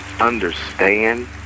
Understand